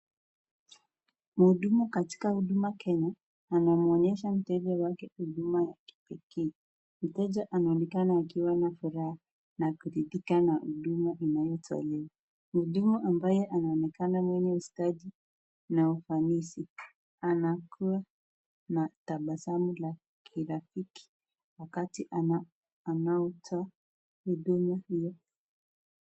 Muhudumu katika huduma Kenya, anamuonyesha mteja wake huduma ya kipekee. Mteja anaonekana akiwa na furaha na kuridhika na huduma inayotolewa. Muhudumu ambaye anaonekana mwenye ustadi na ufanisi anakua na tabasamu la kirafiki wakati anaotoa huduma hiyo.